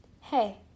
Hey